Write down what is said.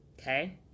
Okay